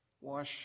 Wash